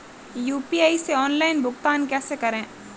UPI से online भुगतान कैसे करें?